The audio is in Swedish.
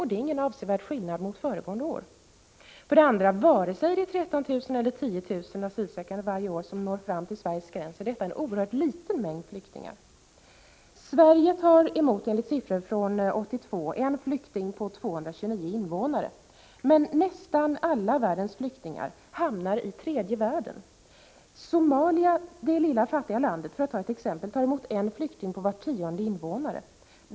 Det är ingen avsevärd skillnad jämfört med föregående år. För det andra vill jag också nämna att vare sig det är 13 000 eller 10 000 asylsökande som varje år når fram till Sveriges gräns är det fråga om en oerhört liten mängd flyktingar. Sverige tar, enligt siffror från 1982, emot en flykting på 229 invånare. Men nästan alla världens flyktingar hamnar i tredje världen. Det lilla fattiga Somalia, för att nämna ett exempel, tar emot en flykting på var tionde invånare.